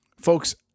Folks